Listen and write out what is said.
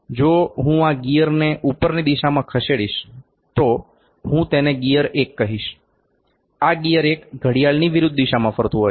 જો હું આ ગિયરને ઉપરની દિશામાં ખસેડીશ તો હું તેને ગિયર 1 કહીશ આ ગિયર 1 ઘડિયાળની વિરુદ્ધ દિશામાં ફરતું હોય છે